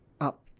up